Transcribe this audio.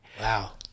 Wow